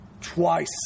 twice